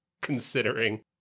considering